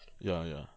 ya ya